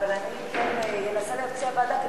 אבל אני כן אנסה לוועדה,